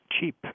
cheap